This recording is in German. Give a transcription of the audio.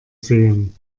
sehen